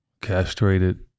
Castrated